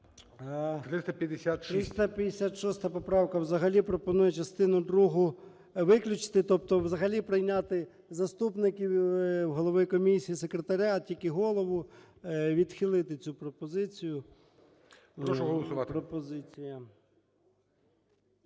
356 поправка взагалі пропонує частину другу виключити. Тобто взагалі прийняти заступників Голови Комісії, секретаря… тільки Голову. Відхилити цю пропозицію – пропозиція.